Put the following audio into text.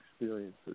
experiences